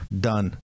done